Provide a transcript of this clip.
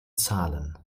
zahlen